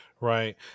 Right